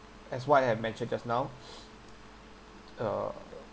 as what I have mentioned just now uh